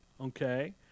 Okay